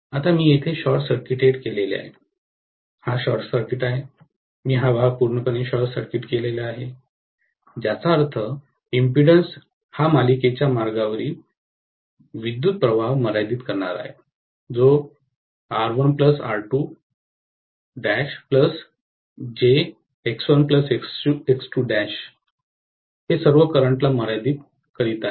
आता मी येथे शॉर्ट सर्किटेड केले आहे हा शॉर्ट सर्किट आहे मी हा भाग पूर्णपणे शॉर्ट सर्किट केला आहे ज्याचा अर्थ इम्पीडंस हा मालिकेच्या मार्गावरील विद्युत् प्रवाह मर्यादित करणारा आहे जो R1 R 2 jX1 X 2 हे सर्व करंटला मर्यादीत करीत आहे